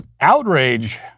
outrage